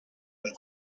and